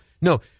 no